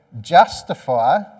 justify